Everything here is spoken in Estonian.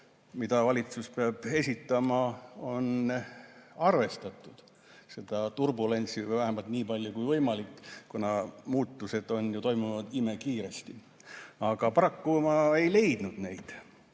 mille valitsus peab esitama, on arvestatud seda turbulentsi – vähemalt nii palju kui võimalik, kuna muutused on toimunud imekiiresti. Aga paraku ma ei leidnud seda.